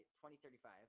2035